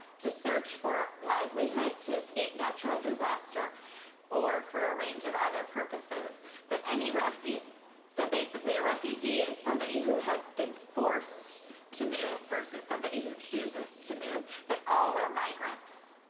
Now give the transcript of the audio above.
to search for livelihood, to escape natural disaster or for a range of other purposes. but any so basically a refugee is somebody who has been forced to move, versus somebody who chooses to move, but all are migrants.